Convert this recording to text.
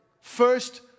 first